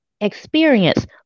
experience